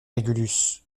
régulus